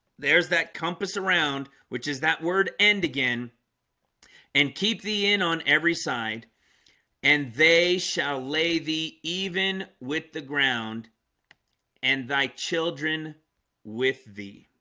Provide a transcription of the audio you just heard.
there's that compass around which is that word end again and keep thee in on every side and they shall lay thee even with the ground and thy children with thee